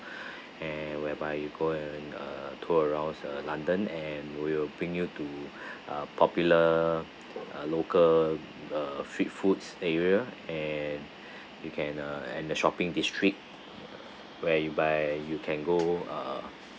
and whereby you go and uh tour around s~ uh london and we'll bring you to uh popular local uh street foods area and you can uh and the shopping district whereby you can go uh